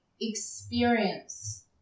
experience